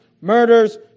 murders